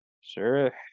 Sure